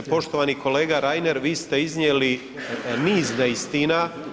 Poštovani kolega Reiner vi ste iznijeli niz neistina.